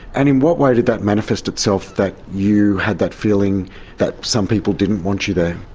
and in what way did that manifest itself, that you had that feeling that some people didn't want you there?